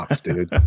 dude